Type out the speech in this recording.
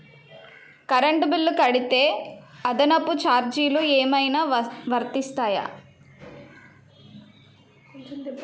Current bill కడితే అదనపు ఛార్జీలు ఏమైనా వర్తిస్తాయా?